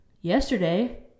yesterday